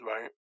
right